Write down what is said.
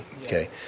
Okay